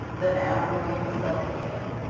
then anne will be herself again.